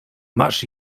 masz